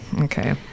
Okay